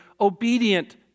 obedient